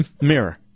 Mirror